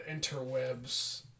interwebs